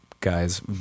guys